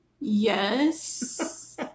Yes